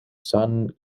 san